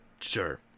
sure